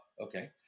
okay